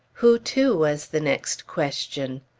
who to? was the next question.